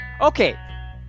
Okay